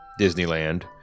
disneyland